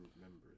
members